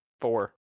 four